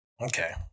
Okay